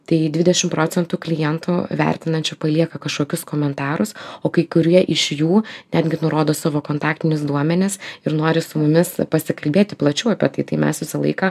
tai dvidešim procentų klientų vertinančių palieka kažkokius komentarus o kai kurie iš jų netgi nurodo savo kontaktinius duomenis ir nori su mumis pasikalbėti plačiau apie tai tai mes visą laiką